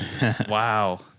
wow